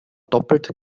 doppelt